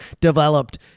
developed